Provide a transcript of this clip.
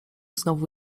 znowu